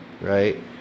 right